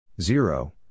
zero